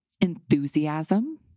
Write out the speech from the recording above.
Enthusiasm